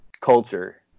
culture